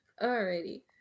Alrighty